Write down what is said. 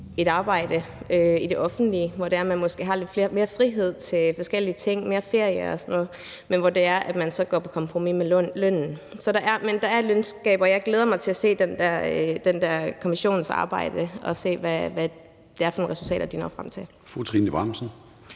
et arbejde i det offentlige, hvor man måske har lidt mere frihed til forskellige ting, mere ferie og sådan noget, og hvor man så går på kompromis med lønnen. Men der er et løngab, og jeg glæder mig til at se den der kommissions arbejde og se, hvad det er for nogle resultater, de når frem til. Kl. 16:05 Formanden